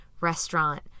restaurant